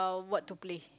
what to play